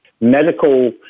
medical